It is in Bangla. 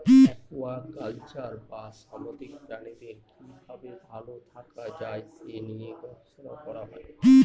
একুয়াকালচার বা সামুদ্রিক প্রাণীদের কি ভাবে ভালো থাকা যায় সে নিয়ে গবেষণা করা হয়